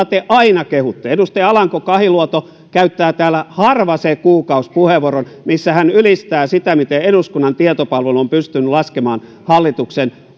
te aina kehutte edustaja alanko kahiluoto käyttää täällä harva se kuukausi puheenvuoron missä hän ylistää sitä miten eduskunnan tietopalvelu on pystynyt laskemaan hallituksen